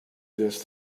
this